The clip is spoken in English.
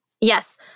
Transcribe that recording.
Yes